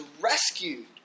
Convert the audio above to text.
rescued